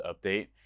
update